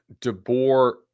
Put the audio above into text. DeBoer